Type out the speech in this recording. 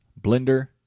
Blender